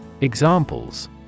Examples